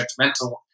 judgmental